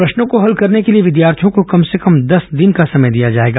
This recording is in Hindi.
प्रश्नों को हल करने के लिये विद्यार्थियों को कम से कम दस दिन का समय दिया जाएगा